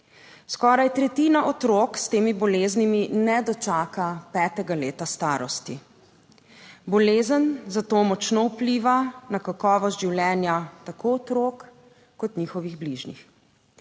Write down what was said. Skoraj tretjina otrok s temi boleznimi ne dočaka petega leta starosti. Bolezen zato močno vpliva na kakovost življenja tako otrok kot njihovih bližnjih.